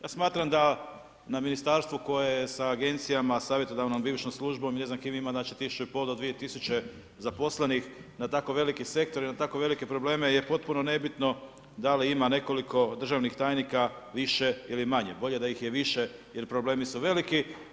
Ja smatram da na Ministarstvu koje je sa Agencijama savjetodavnom bivšom službom… [[Govornik se ne razumije]] znači, 1500 do 2000 zaposlenih na tako veliki sektor i na tako velike probleme je potpuno nebitno da li ima nekoliko državnih tajnika više ili manje, bolje da ih je više jer problemi su veliki.